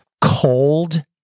Cold